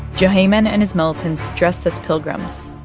juhayman and his militants dressed as pilgrims.